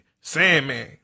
Sandman